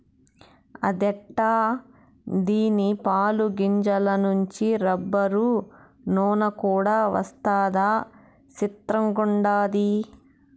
అదెట్టా దీని పాలు, గింజల నుంచి రబ్బరు, నూన కూడా వస్తదా సిత్రంగుండాది